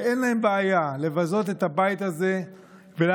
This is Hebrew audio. ואין להם בעיה לבזות את הבית הזה ולהחיל